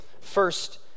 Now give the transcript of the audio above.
first